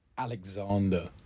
Alexander